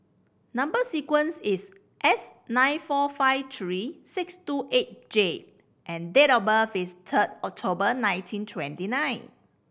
number sequence is S nine four five three six two eight J and date of birth is third October nineteen twenty nine